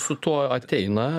su tuo ateina